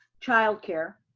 childcare,